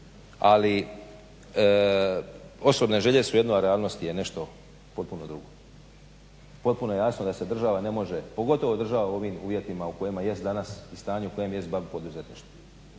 Ali osobne želje su jedno, a realnost je nešto potpuno drugo. Potpuno jasno da s država ne može, pogotovo država u ovim uvjetima u kojima jest danas, stanje u kojem jest bavit poduzetništvom.